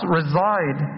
reside